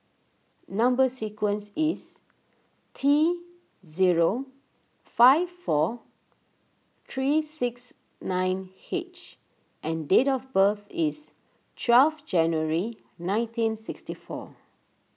Number Sequence is T zero five four three six nine H and date of birth is twelve January nineteen sixty four